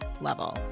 level